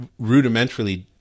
rudimentarily